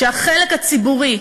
כשהחלק הציבורי